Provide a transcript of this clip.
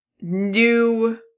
new